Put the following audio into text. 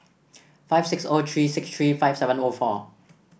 five six O three six three five seven O four